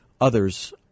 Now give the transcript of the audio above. others